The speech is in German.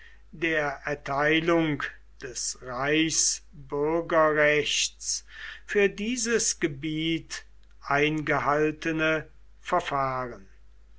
der erteilung des reichsbürgerrechts für dieses gebiet eingehaltene verfahren